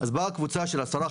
אז באה קבוצה של עשרה,